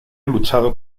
luchado